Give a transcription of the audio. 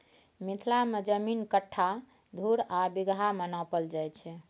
मिथिला मे जमीन कट्ठा, धुर आ बिगहा मे नापल जाइ छै